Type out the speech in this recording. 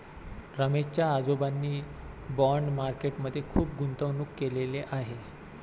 रमेश च्या आजोबांनी bond market मध्ये खुप गुंतवणूक केलेले आहे